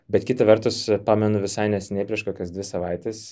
bet kita vertus pamenu visai neseniai prieš kokias dvi savaites